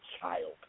child